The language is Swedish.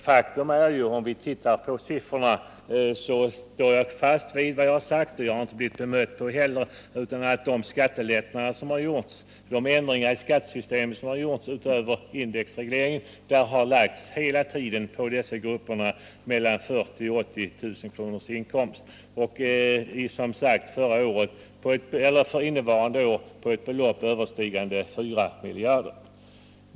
Faktum är — jag står fast vid vad jag har sagt, och jag har inte heller blivit bemött — att de ändringar i skattesystemet som har gjorts, utöver indexregleringen, hela tiden har lagts på grupperna mellan 40 000 och 80 000 kronors inkomst, för innevarande år med ett belopp överstigande 4 miljarder.